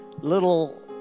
little